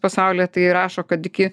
pasaulyje tai rašo kad iki